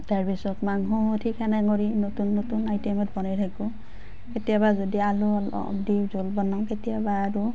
তাৰপাছত মাংসও ঠিক সেনে কৰি নতুন নতুন আইটেমত বনাই থাকোঁ কেতিয়াবা যদি আলু অলপ দি জোল বনাওঁ কেতিয়াবা আৰু